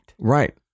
Right